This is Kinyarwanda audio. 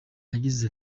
yagize